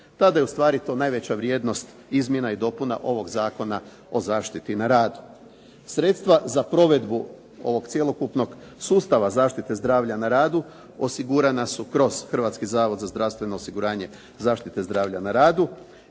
Tada je u stvari to najveća vrijednost izmjena i dopuna ovog Zakona o zaštiti na radu. Sredstva za provedbu ovog cjelokupnog sustava zaštite zdravlja na radu osigurana su kroz Hrvatski zavod za zdravstveno osiguranje, zaštite zdravlja na radu